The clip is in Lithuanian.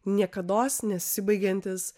niekados nesibaigiantis